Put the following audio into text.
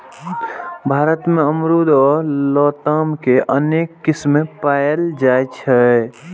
भारत मे अमरूद या लताम के अनेक किस्म पाएल जाइ छै